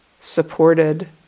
supported